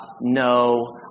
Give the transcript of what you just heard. No